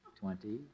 twenty